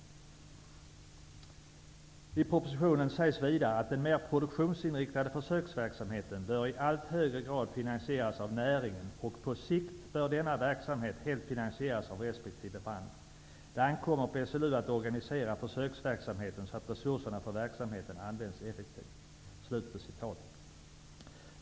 Vidare sägs i propositionen att den mer produktionsinriktade försöksverksamheten i allt högre grad bör finansieras av näringen, och på sikt bör denna verksamhet helt finansieras av resp. bransch. Det ankommer på SLU att organisera försöksverksamheten så, att resurserna för verksamheten används effektivt.